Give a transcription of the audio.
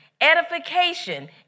edification